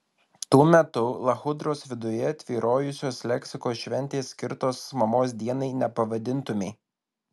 tuo metu lachudros viduje tvyrojusios leksikos šventės skirtos mamos dienai nepavadintumei